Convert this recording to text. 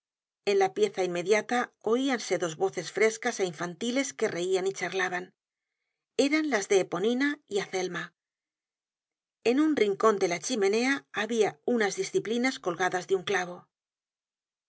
en la pieza inmediata oíanse dos voces frescas é infantiles que reian y charlaban eran las de eponina y azelma en un rincon de la chimenea habia unas disciplinas colgadas de un clavo